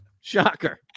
Shocker